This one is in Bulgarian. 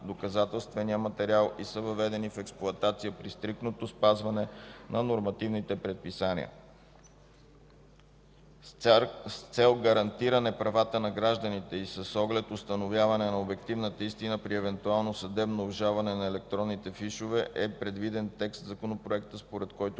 доказателствения материал, и са въведени в експлоатация при стриктно спазване на нормативните предписания. С цел гарантиране правата на гражданите и с оглед установяване на обективната истина при евентуално съдебно обжалване на електронните фишове е предвиден текст в Законопроекта, според който